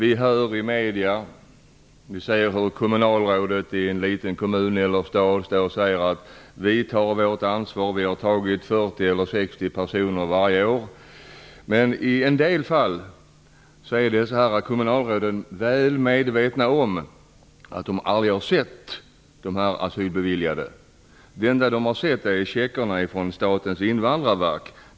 I medierna kan vi se att ett kommunalråd i en liten kommun eller stad säger att man har tagit sitt ansvar, eftersom man har tagit emot 40-60 personer varje år. I en del fall är dessa kommunalråd väl medvetna om att de aldrig har sett de personer som har beviljats asyl. De har bara sett checkarna från Statens invandrarverk.